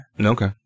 Okay